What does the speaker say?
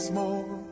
more